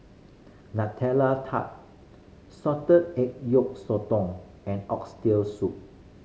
Nutella Tart salted egg yolk sotong and Oxtail Soup